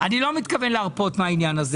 אני לא מתכוון להרפות מהעניין הזה.